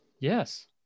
yes